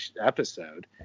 episode